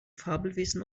fabelwesen